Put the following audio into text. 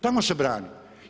Tamo se brani.